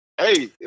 Hey